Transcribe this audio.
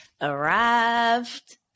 arrived